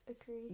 agree